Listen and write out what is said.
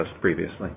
previously